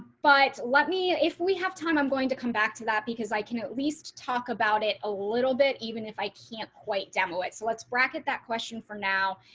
but let me if we have time, i'm going to come back to that because i can at least talk about it a little bit, even if i can't quite demo it. so let's bracket that question for now.